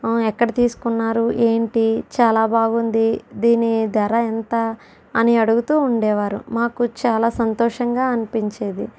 ఎక్కడ తీసుకున్నారు ఏంటి చాలా బాగుంది దీని ధర ఎంత అని అడుగుతూ ఉండేవారు మాకు చాలా సంతోషంగా అనిపించేది